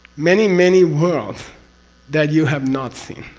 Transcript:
many many worlds that you have not seen.